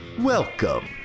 welcome